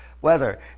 weather